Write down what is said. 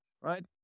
right